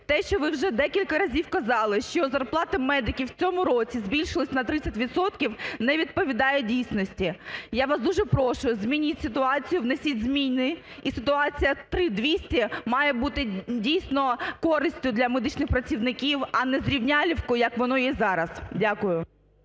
Те, що ви вже декілька разів казали, що зарплати медиків в цьому році збільшилися на 30 відсотків, не відповідає дійсності. Я вас дуже прошу змініть ситуацію, внесіть зміни і ситуація 3 200 має бути дійсно користю для медичних працівників, а не зрівнялівкою, як воно є зараз. Дякую.